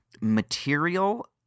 material